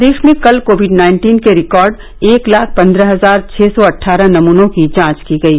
प्रदेश में कल COVID nineteen के रिकॉर्ड एक लाख पंद्रह हजार छः सौ अट्ठारह नमूनों की जांच की गयी